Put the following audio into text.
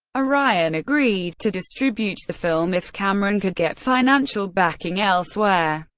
orion agreed to distribute the film if cameron could get financial backing elsewhere.